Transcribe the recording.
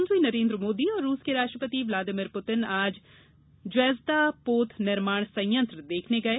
प्रधानमंत्री नरेन्द्र मोदी और रूस के राष्ट्रपति व्लादिमीर पुतिन आज ज्वेजदा पोत निर्माण संयंत्र देखने गये